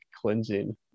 cleansing